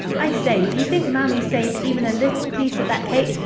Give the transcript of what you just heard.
i say, do you think mamie saved even a little piece of that cake?